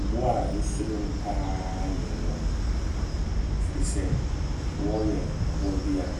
Aboa nsuro no paa yɛ wɔ. Ɛfiri sɛ wɔ yɛ aboa bi a,